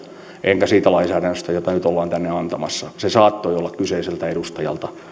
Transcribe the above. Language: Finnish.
enkä siitä lainsäädännöstä jota nyt ollaan tänne antamassa se saattoi olla kyseiseltä edustajalta